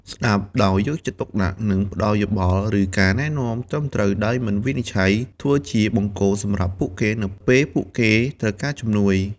ស្ដាប់ដោយយកចិត្តទុកដាក់ និងផ្ដល់យោបល់ ឬការណែនាំត្រឹមត្រូវ ដោយមិនវិនិច្ឆ័យ ធ្វើជាបង្គោលសម្រាប់ពួកគេនៅពេលពួកគេត្រូវការជំនួយ ។